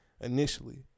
Initially